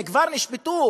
הם כבר נשפטו.